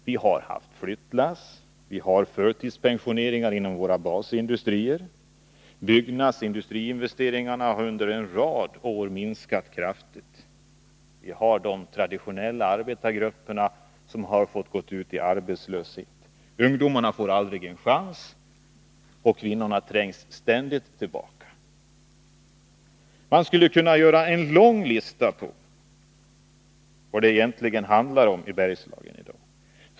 Flyttlassen har gått, och vi har förtidspensioneringar inom våra basindustrier. Byggnadsindustriinvesteringarna har under en rad år minskat kraftigt. De traditionella arbetargrupperna har fått gå ut i arbetslöshet. Ungdomarna får aldrig en chans, och kvinnorna trängs ständigt tillbaka. Man skulle kunna göra en lång lista med exempel på vad det egentligen handlar om i Bergslagen i dag.